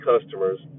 customers